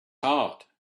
hard